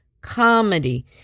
comedy